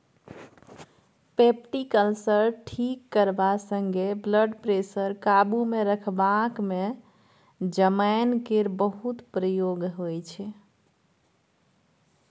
peptic ulcer ठीक करबा संगे ब्लडप्रेशर काबुमे रखबाक मे जमैन केर बहुत प्रयोग होइ छै